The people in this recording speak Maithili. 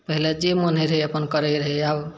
पहिले जे मन हइ रहै अपन करै रहै आब